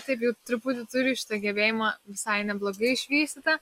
taip jau truputį turiu šitą sugebėjimą visai neblogai išvystytą